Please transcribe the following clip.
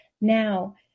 Now